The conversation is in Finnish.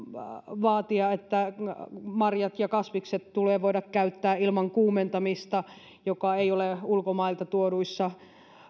vaatia että marjat ja kasvikset tulee voida käyttää ilman kuumentamista joka ei ole ulkomailta tuoduissa